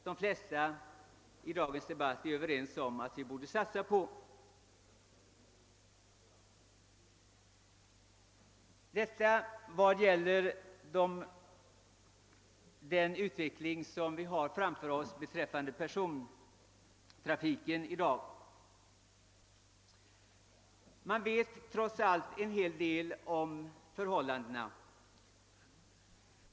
Detta gäller den utveckling som vi har framför oss beträffande persontrafiken i dag. Man vet trots allt en hel del om förhållandena.